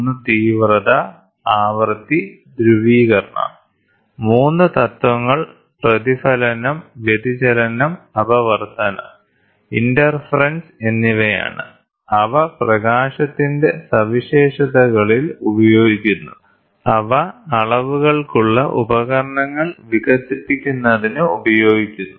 ഒന്ന് തീവ്രത ആവൃത്തി ധ്രുവീകരണം 3 തത്ത്വങ്ങൾ പ്രതിഫലനം വ്യതിചലനം അപവർത്തനം ഇന്റർഫെറെൻസ് എന്നിവയാണ് അവ പ്രകാശത്തിന്റെ സവിശേഷതകളിൽ ഉപയോഗിക്കുന്നു അവ അളവുകൾക്കുള്ള ഉപകരണങ്ങൾ വികസിപ്പിക്കുന്നതിന് ഉപയോഗിക്കുന്നു